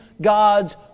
God's